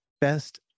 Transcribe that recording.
best